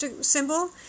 symbol